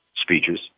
speeches